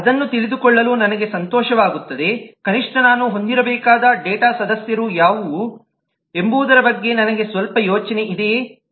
ಅದನ್ನು ತಿಳಿದುಕೊಳ್ಳಲು ನನಗೆ ಸಂತೋಷವಾಗುತ್ತದೆ ಕನಿಷ್ಠ ನಾನು ಹೊಂದಿರಬೇಕಾದ ಡೇಟಾ ಸದಸ್ಯರು ಯಾವುವು ಎಂಬುದರ ಬಗ್ಗೆ ನನಗೆ ಸ್ವಲ್ಪ ಯೋಚನೆ ಇದೆಯೇ